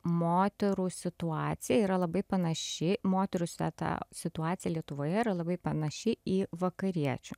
moterų situacija yra labai panaši moterų seta situacija lietuvoje yra labai panaši į vakariečių